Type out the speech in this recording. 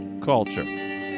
culture